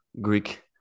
Greek